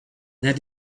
that